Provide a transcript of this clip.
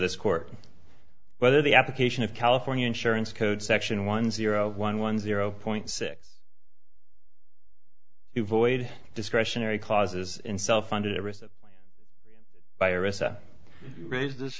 this court whether the application of california insurance code section one zero one one zero point six voided discretionary clauses in self funded by arista raised this